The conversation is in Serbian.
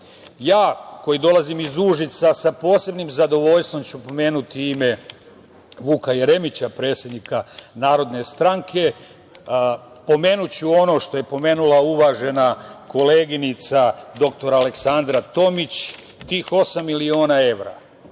koji dolazim iz Užica, sa posebnim zadovoljstvom ću pomenuti ime Vuka Jeremića, predsednika Narodne stranke. Pomenuću ono što je pomenula uvažena koleginica dr. Aleksandra Tomić, tih osam miliona evra